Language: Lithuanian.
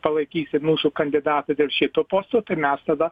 palaikysit mūsų kandidatą dėl šito posto tai mes tada